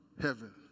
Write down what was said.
Heaven